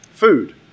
Food